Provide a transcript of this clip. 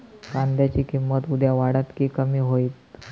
कांद्याची किंमत उद्या वाढात की कमी होईत?